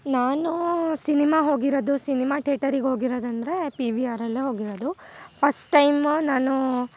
ನಾನು ಸಿನಿಮಾ ಹೋಗಿರೋದು ಸಿನಿಮಾ ಟೆಟರಿಗೆ ಹೋಗಿರೋದು ಅಂದರೆ ಪಿ ವಿ ಆರ್ ಅಲ್ಲೇ ಹೋಗಿರೋದು ಫಸ್ಟ್ ಟೈಮು ನಾನು